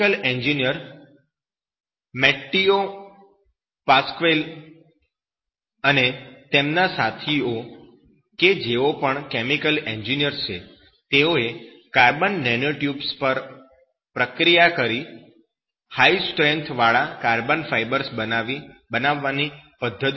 chemical engineer Matteo Pasquali અને તેમના સાથીઓ કે જેઓ પણ કેમિકલ એન્જિનિયર્સ છે તેઓએ કાર્બન નેનોટ્યુબ્સ પર પ્રક્રિયા કરી હાઈ સ્ટ્રેંથ વાળા કાર્બન ફાયબર્સ બનાવવાની પદ્ધતિ શોધી હતી